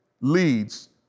leads